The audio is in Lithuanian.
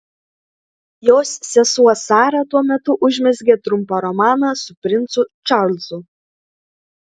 jos sesuo sara tuo metu užmezgė trumpą romaną su princu čarlzu